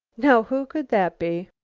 now who could that be?